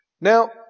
Now